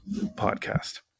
podcast